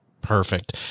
Perfect